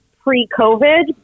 pre-COVID